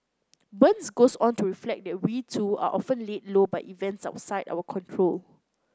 burns goes on to reflect that we too are often laid low by events outside our control